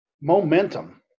momentum